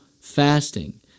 fasting